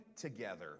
together